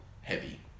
heavy